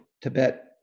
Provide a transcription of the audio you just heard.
Tibet